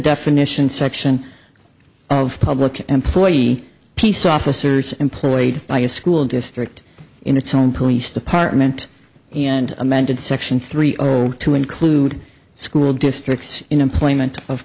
definition section of public employee peace officers employed by a school district in its own police department and amended section three to include school districts in employment of